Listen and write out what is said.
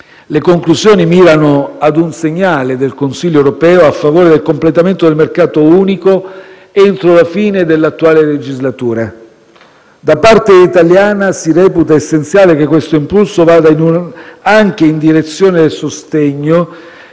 Le conclusioni mirano a un segnale del Consiglio europeo a favore del completamento del mercato unico entro la fine dell'attuale legislatura. Da parte italiana si reputa essenziale che questo impulso vada anche in direzione del sostegno